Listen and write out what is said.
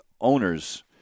owners